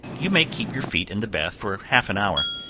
you may keep your feet in the bath for half an hour,